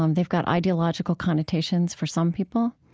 um they've got ideological connotations for some people.